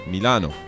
Milano